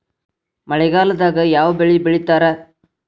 ಮಳೆಗಾಲದಾಗ ಯಾವ ಬೆಳಿ ಬೆಳಿತಾರ?